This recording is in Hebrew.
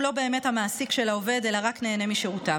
לא באמת המעסיק של העובד אלא רק נהנה משירותיו.